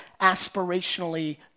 aspirationally